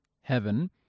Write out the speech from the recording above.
heaven